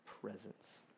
presence